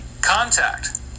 contact